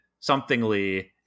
somethingly